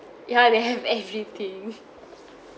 ya they have everything